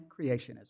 creationism